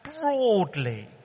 broadly